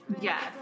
Yes